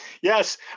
Yes